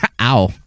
Ow